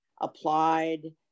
applied